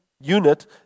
unit